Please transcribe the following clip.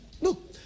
Look